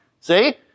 See